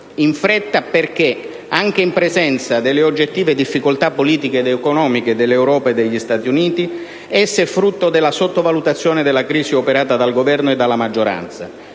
In fretta, perché, anche in presenza delle oggettive difficoltà politiche ed economiche dell'Europa e degli Stati Uniti, è frutto della sottovalutazione della crisi operata dal Governo e dalla maggioranza.